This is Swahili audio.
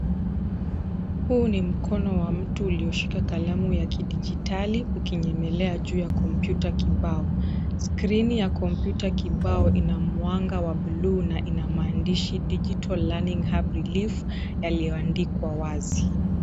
Huu ni mkono wa mtu ulioshika kalamu ya kidijitali ukinyemelea juu ya kompyuta kibao. Skrini ya kompyuta kibao ina mwanga wa buluu na ina maandishi digital learnig hub REIFF yaliyoandikwa wazi.